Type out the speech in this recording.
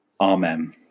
Amen